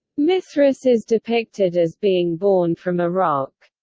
mithras is depicted as being born from a rock.